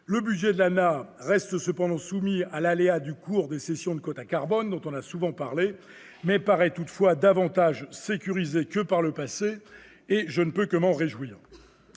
Le budget de l'ANAH reste cependant soumis à l'aléa du cours des cessions de quotas carbone, mais paraît toutefois davantage sécurisé que par le passé, ce dont je ne peux que me réjouir.